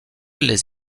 les